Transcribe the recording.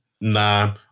Nah